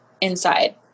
inside